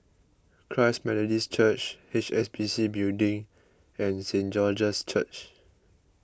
Christ Methodist Church H S B C Building and Saint George's Church